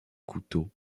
couteau